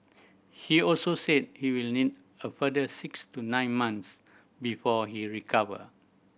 he also said he will need a further six to nine month before he recover